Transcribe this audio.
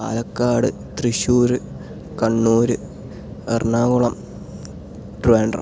Palakkad Thrissur Kannur Ernakulam Trivandrum